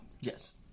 Yes